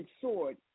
sword